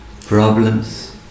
problems